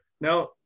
Now